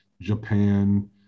Japan